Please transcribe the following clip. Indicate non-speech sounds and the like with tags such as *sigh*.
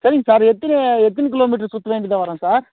சரிங் சார் எத்தனை எத்தனை கிலோ மீட்டரு சுற்றி *unintelligible* வரும் சார்